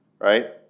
right